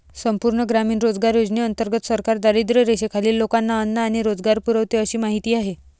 संपूर्ण ग्रामीण रोजगार योजनेंतर्गत सरकार दारिद्र्यरेषेखालील लोकांना अन्न आणि रोजगार पुरवते अशी माहिती आहे